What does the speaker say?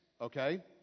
okay